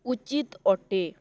ଉଚିତ ଅଟେ